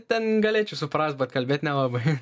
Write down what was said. ten galėčiau suprast bet kalbėt nelabai